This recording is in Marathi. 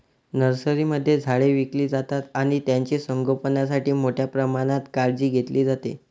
नर्सरीमध्ये झाडे विकली जातात आणि त्यांचे संगोपणासाठी मोठ्या प्रमाणात काळजी घेतली जाते